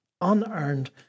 unearned